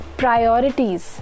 priorities